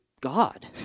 God